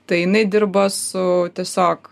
tai jinai dirba su tiesiog